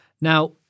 Now